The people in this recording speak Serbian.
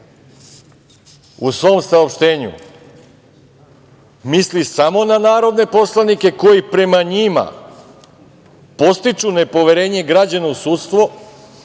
u svom saopštenju misli samo na narodne poslanike koji prema njima podstiču nepoverenje građana u sudstvo